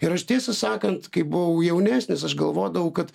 ir aš tiesą sakant kai buvau jaunesnis aš galvodavau kad